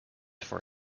for